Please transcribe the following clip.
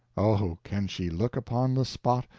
oh, can she look upon the spot,